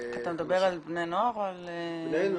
אתה מדבר על בני נוער או על מבוגרים?